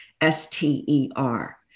S-T-E-R